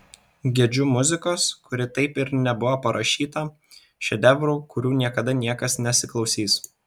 gedžiu muzikos kuri taip ir nebuvo parašyta šedevrų kurių niekada niekas nesiklausys